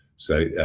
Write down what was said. so,